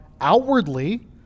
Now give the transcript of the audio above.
outwardly